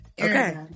okay